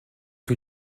que